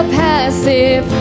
passive